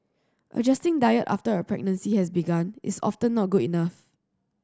adjusting diet after a pregnancy has begun is often not good enough